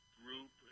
group